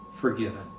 forgiven